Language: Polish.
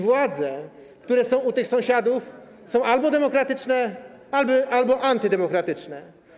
Władze, które są u tych sąsiadów, są albo demokratyczne, albo antydemokratyczne.